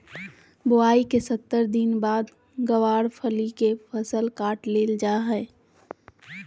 बुआई के सत्तर दिन बाद गँवार फली के फसल काट लेल जा हय